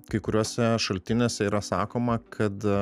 kai kuriuose šaltiniuose yra sakoma kad